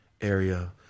area